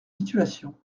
situations